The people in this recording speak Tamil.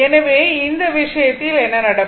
எனவே இந்த விஷயத்தில் என்ன நடக்கும்